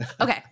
Okay